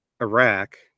iraq